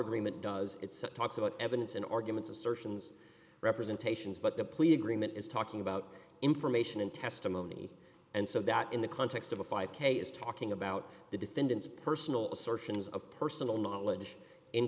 agreement does its talks about evidence and arguments assertions representations but the plea agreement is talking about information and testimony and so that in the context of a five k is talking about the defendant's personal assertions of personal knowledge in